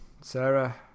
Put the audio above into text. Sarah